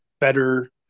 better